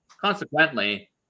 consequently